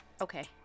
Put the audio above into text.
Okay